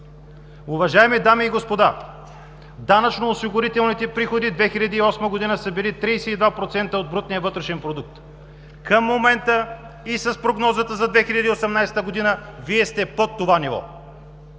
Уважаеми дами и господа, данъчно-осигурителните приходи 2008 г. са били 32% от брутния вътрешен продукт. Към момента и с прогнозата за 2018 г. Вие сте под това ниво.